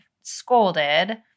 scolded